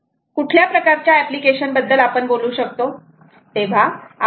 कुठल्या प्रकारच्या एप्लीकेशन बद्दल आपण बोलू शकतो